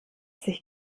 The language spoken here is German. sich